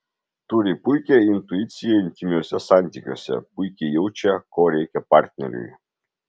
turi puikią intuiciją intymiuose santykiuose puikiai jaučia ko reikia partneriui